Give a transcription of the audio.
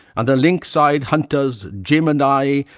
and the lynx-eyed hunters, jim and i,